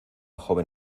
joven